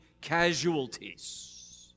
casualties